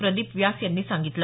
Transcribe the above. प्रदीप व्यास यांनी सांगितलं